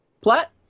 Platt